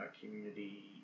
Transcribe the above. community